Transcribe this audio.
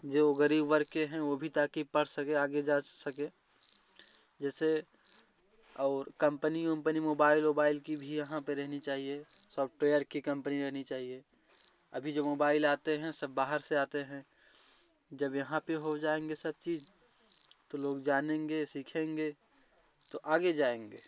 जो गरीब वर्ग के हैं वो भी ताकि पढ़ सकें आगे जा सकें जैसे और कम्पनी ओम्पनी मोबाइल ओबाइल की भी यहाँ पर रहनी चाहिए सॉफ्टवेयर की कम्पनी रहनी चाहिए अभी जो मोबाइल आते हैं सब बाहर से आते हैं जब यहाँ पर हो जाएँगे सब चीज तो लोग जानेंगे सीखेंगे तो आगे जाएँगे